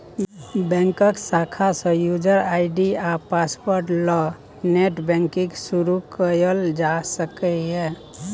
बैंकक शाखा सँ युजर आइ.डी आ पासवर्ड ल नेट बैंकिंग शुरु कयल जा सकैए